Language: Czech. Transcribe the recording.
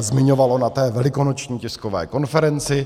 zmiňovalo na té velikonoční tiskové konferenci.